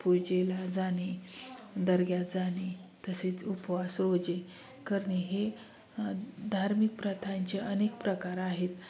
पूजेला जाणे दर्ग्यात जाणे तसेच उपवास रोजे करणे हे धार्मिक प्रथांचे अनेक प्रकार आहेत